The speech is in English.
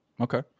Okay